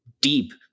deep